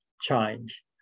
change